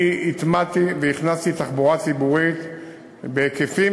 אני הטמעתי והכנסתי תחבורה ציבורית בהיקפים,